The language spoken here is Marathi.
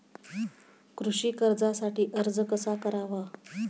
कृषी कर्जासाठी अर्ज कसा करावा?